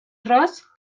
ros